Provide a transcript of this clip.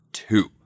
two